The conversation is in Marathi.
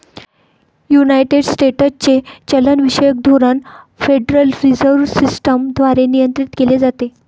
युनायटेड स्टेट्सचे चलनविषयक धोरण फेडरल रिझर्व्ह सिस्टम द्वारे नियंत्रित केले जाते